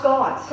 God